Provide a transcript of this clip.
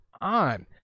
on